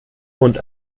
und